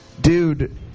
dude